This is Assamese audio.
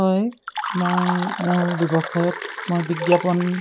হয় মই মোৰ ব্যৱসায়ত মই বিজ্ঞাপন